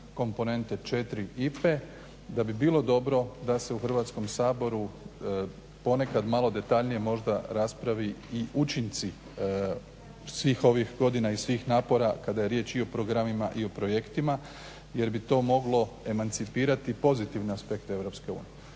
komponente 4 IPA-e, da bi bilo dobro da se u Hrvatskom saboru ponekad malo detaljnije možda rasprave i učinci svih ovih godina i svih napora kada je riječ i o programima i o projektima jer bi to moglo emancipirati pozitivne aspekte